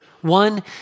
One